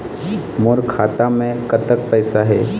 मोर खाता मे कतक पैसा हे?